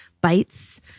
bites